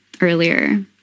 earlier